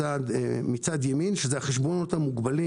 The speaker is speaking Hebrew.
מצד ימין רואים את החשבונות המוגבלים,